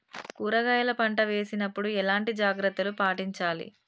కూరగాయల పంట వేసినప్పుడు ఎలాంటి జాగ్రత్తలు పాటించాలి?